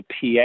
PA